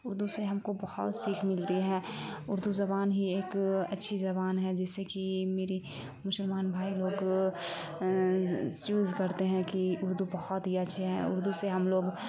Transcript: اردو سے ہم کو بہت سیکھ ملتی ہے اردو زبان ہی ایک اچھی زبان ہے جس سے کہ میری مسلمان بھائی لوگ چوز کرتے ہیں کہ اردو بہت ہی اچھے ہیں اردو سے ہم لوگ